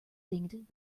thinged